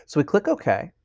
so we click ok.